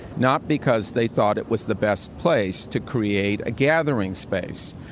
not because they thought it was the best place to create a gathering space.